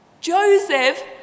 Joseph